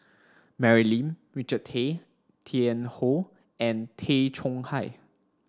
Mary Lim Richard Tay Tian Hoe and Tay Chong Hai